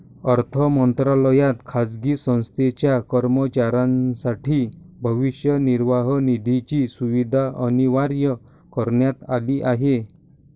अर्थ मंत्रालयात खाजगी संस्थेच्या कर्मचाऱ्यांसाठी भविष्य निर्वाह निधीची सुविधा अनिवार्य करण्यात आली आहे